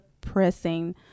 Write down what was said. pressing